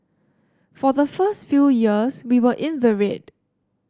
for the first few years we were in the red